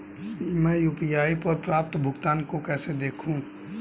मैं यू.पी.आई पर प्राप्त भुगतान को कैसे देखूं?